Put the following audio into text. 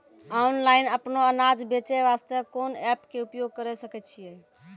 Online अपनो अनाज बेचे वास्ते कोंन एप्प के उपयोग करें सकय छियै?